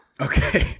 okay